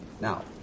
now